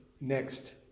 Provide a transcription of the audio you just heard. next